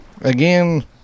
Again